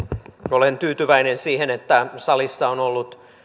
olen tyytyväinen siihen että salissa on ollut